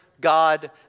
God